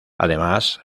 además